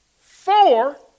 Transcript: Four